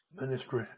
ministry